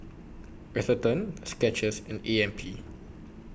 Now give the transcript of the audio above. Atherton Skechers and A M P